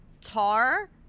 Tar